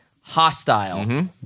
hostile